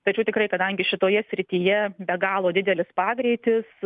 tačiau tikrai kadangi šitoje srityje be galo didelis pagreitis